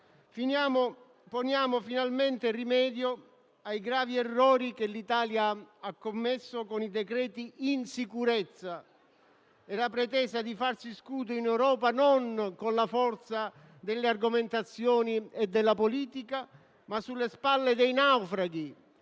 poniamo finalmente rimedio ai gravi errori che l'Italia ha commesso con i decreti "insicurezza" e con la pretesa di farsi scudo in Europa, non con la forza delle argomentazioni e della politica, ma sulle spalle dei naufraghi,